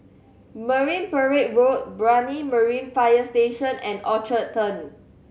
Marine Parade Road Brani Marine Fire Station and Orchard Turn